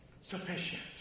sufficient